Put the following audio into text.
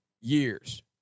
years